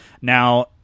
now